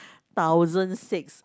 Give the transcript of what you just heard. thousand six